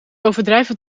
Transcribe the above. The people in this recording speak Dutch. overdrijven